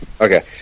Okay